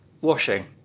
washing